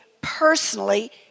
personally